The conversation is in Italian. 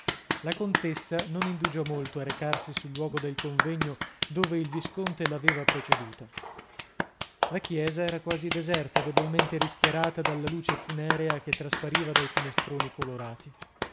la contessa non indugiò molto a recarsi sul luogo del convegno dove il visconte lo aveva preceduta la chiesa era quasi deserta debolmente rischiarata dalla luce funerea che traspariva dai finestroni colorati